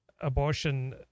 abortion